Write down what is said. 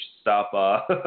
stop